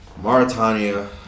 mauritania